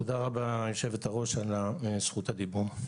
תודה רבה יושבת-הראש על זכות הדיבור.